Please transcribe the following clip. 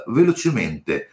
velocemente